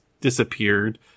disappeared